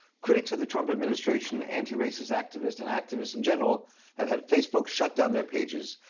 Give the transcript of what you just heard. critics of the trump administration, anti-racist activists and activists in general have had facebook shut down their pages,